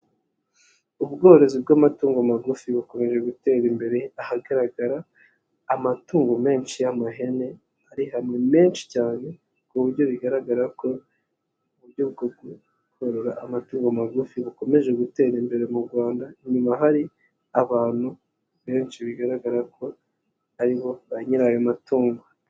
Ubworozi bw'amatungo magufi bukomeje gutera imbere, ahagaragara amatungo menshi y'amahene ari hamwe menshi cyane ku buryo bigaragara ko uburyo bwo gukurura amatungo magufi bukomeje gutera imbere mu Rwanda, inyuma hari abantu benshi bigaragara ko ari bo ba nyir'ayo matungo.